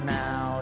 now